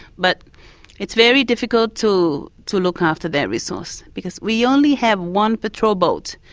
but it's very difficult to to look after that resource. because we only have one patrol boat.